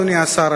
אדוני השר,